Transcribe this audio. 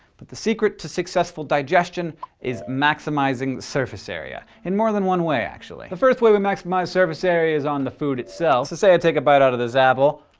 but the secret to successful digestion is maximizing surface area. in more that one way, actually. the first way we maximize surface area is on the food itself. say i take a bite out of this apple.